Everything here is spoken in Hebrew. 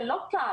זה לא קל.